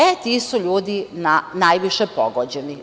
E, ti su ljudi najviše pogođeni.